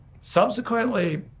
subsequently